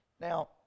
Now